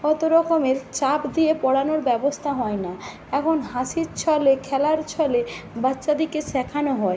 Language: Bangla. অত রকমের চাপ দিয়ে পড়ানোর ব্যবস্থা হয় না এখন হাসির ছলে খেলার ছলে বাচ্চাদিকে শেখানো হয়